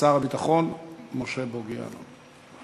שר הביטחון משה בוגי יעלון.